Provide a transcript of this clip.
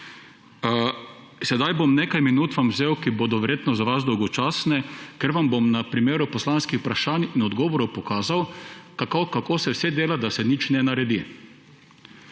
Sedaj bom nekaj minut vam vzel, ki bodo verjetno za vas dolgočasne, ker vam bom na primeru poslanskih vprašanj in odgovorov pokazal, kako se vse dela, da se nič ne naredi.